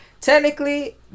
Technically